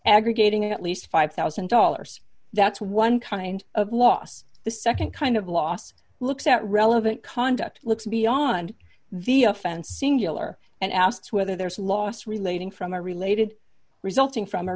aggregating at least five thousand dollars that's one kind of loss the nd kind of loss looks at relevant conduct looks beyond the offense singular and asks whether there's a loss relating from a related resulting from